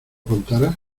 contarás